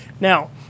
now